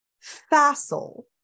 facile